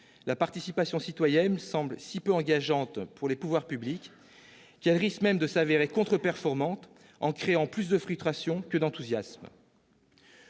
La participation citoyenne semble si peu engageante pour les pouvoirs publics qu'elle risque même de s'avérer contre-performante en créant plus de frustration que d'enthousiasme.